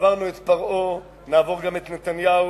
עברנו את פרעה, נעבור גם את נתניהו.